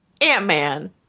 Ant-Man